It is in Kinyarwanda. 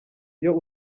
iyo